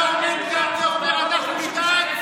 אני מזמין את חבר הכנסת בצלאל סמוטריץ'.